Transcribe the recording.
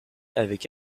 avec